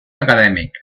acadèmic